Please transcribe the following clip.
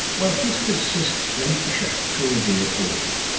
well here's physicist len fisher to reveal all.